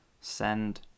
send